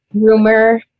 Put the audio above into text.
rumor